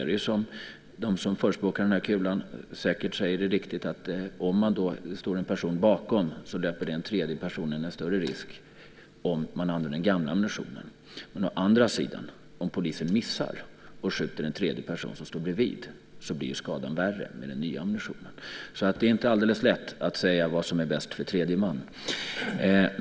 Det som de som förespråkar den här kulan säger är säkert riktigt: Om det står en person bakom så löper den tredje personen en större risk om man använder den gamla ammunitionen. Men om polisen missar och skjuter en tredje person som står bredvid så blir ju skadan värre med den nya ammunitionen. Det är alltså inte alldeles lätt att säga vad som är bäst för tredje man.